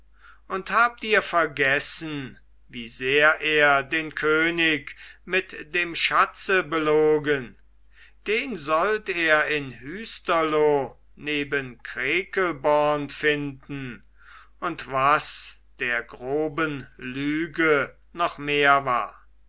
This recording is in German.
und habt ihr vergessen wie sehr er den könig mit dem schatze belogen den sollt er in hüsterlo neben krekelborn finden und was der groben lüge noch mehr war